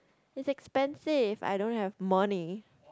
it's expensive I don't have money